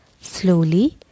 Slowly